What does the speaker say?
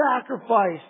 sacrifice